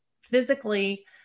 physically